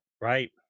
right